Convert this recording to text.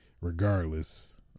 regardless